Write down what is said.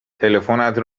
تلفنت